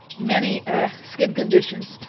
many ah skin conditions,